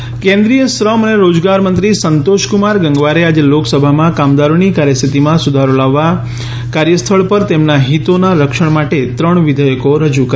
લોકસભા શ્રમ વિધેયક કેન્દ્રિય શ્રમ અને રોજગાર મંત્રી સંતોષકુમાર ગંગવારે આજે લોકસભામાં કામદારોની કાર્ય સ્થિતિમાં સુધારો લાવવા અને કાર્યસ્થળ પર તેમના હિતોના રક્ષણ માટે ત્રણ વિધેયકો રજૂ કર્યાં